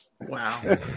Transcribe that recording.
Wow